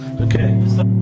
Okay